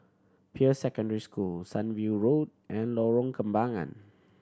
Peirce Secondary School Sunview Road and Lorong Kembangan